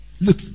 Look